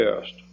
test